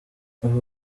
ubu